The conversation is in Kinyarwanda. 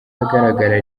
ahagaragara